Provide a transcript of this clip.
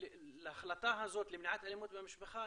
להחלטה הזאת למניעת אלימות במשפחה,